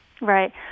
Right